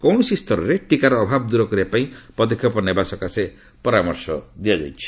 କୌଣସି ସ୍ତରରେ ଟିକାର ଅଭାବ ଦୂର କରିବା ପାଇଁ ପଦକ୍ଷେପ ନେବା ପାଇଁ କୁହାଯାଇଛି